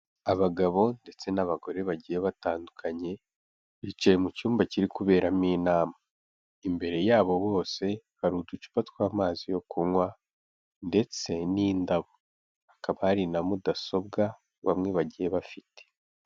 Abagabo ndetse n'abagore bagiye batandukanye bicaye mu cyumba kiri kuberamo inama, imbere yabo bose hari uducupa tw'amazi yo kunywa ndetse n'indabo, hakaba hari na mudasobwa bamwe bagiye bafite.